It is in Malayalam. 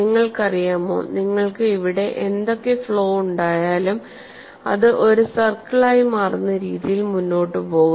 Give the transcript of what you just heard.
നിങ്ങൾക്കറിയാമോ നിങ്ങൾക്ക് ഇവിടെ എന്തൊക്കെ ഫ്ലോ ഉണ്ടായാലും അത് ഒരു സർക്കിളായി മാറുന്ന രീതിയിൽ മുന്നോട്ട് പോകും